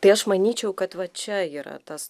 tai aš manyčiau kad va čia yra tas